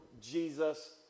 Jesus